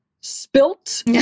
spilt